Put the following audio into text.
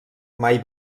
mai